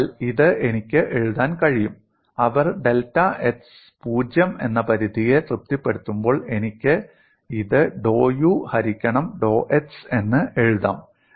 അതിനാൽ ഇത് എനിക്ക് എഴുതാൻ കഴിയും അവർ ഡെൽറ്റ x 0 എന്ന പരിധിയെ തൃപ്തിപ്പെടുത്തുമ്പോൾ എനിക്ക് ഇത് ഡോ u ഹരിക്കണം ഡോ x എന്ന് എഴുതാം